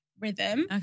Rhythm